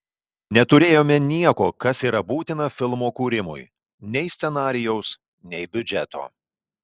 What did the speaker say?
neturėjome nieko kas yra būtina filmo kūrimui nei scenarijaus nei biudžeto